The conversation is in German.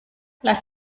lass